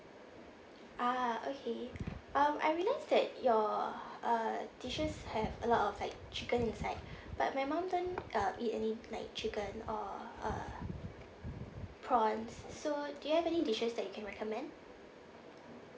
ah okay um I realise that your uh dishes have a lot of like chicken inside but my mum don't uh eat any like chicken or uh prawns so do you have any dishes that you can recommend